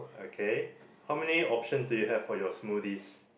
okay how many options do you have for your smoothies